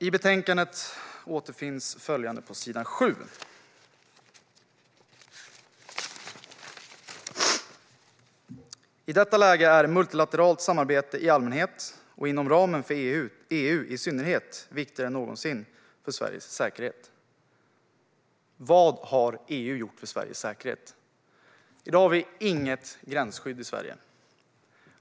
I betänkandet återfinns följande på s. 7: "I detta läge är multilateralt samarbete i allmänhet - och inom ramen för EU i synnerhet - viktigare än någonsin för Sveriges säkerhet." Vad har EU gjort för Sveriges säkerhet? I dag har vi inget gränsskydd i Sverige.